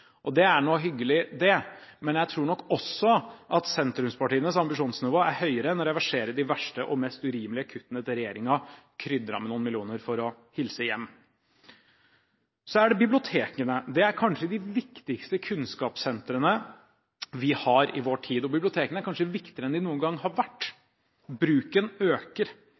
kr. Det er nå hyggelig det, men jeg tror nok også at sentrumspartienes ambisjonsnivå er høyere enn å reversere de verste og mest urimelige kuttene til regjeringen, krydret med noen millioner for å hilse hjem. Så er det bibliotekene. Det er kanskje de viktigste kunnskapssentrene vi har i vår tid. Bibliotekene er kanskje viktigere enn de noen gang har vært. Bruken øker.